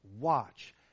watch